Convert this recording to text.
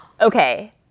Okay